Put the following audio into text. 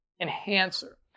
enhancer